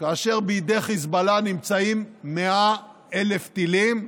כאשר בידי חיזבאללה נמצאים 100,000 טילים,